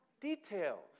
details